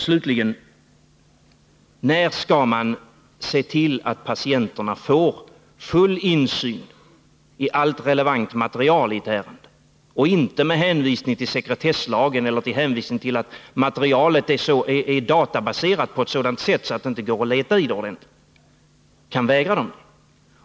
Slutligen: När skall man se till att patienterna får full insyn i allt relevant material i ett ärende och inte — med hänvisning till sekretesslagen eller till att matieralet är databaserat på ett sådant sätt att det inte går att leta ordentligt i det — vägra dem det?